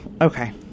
okay